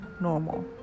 normal